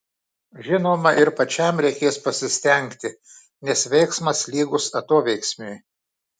žinoma ir pačiam reikės pasistengti nes veiksmas lygus atoveiksmiui